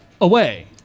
Away